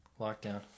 Lockdown